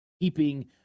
keeping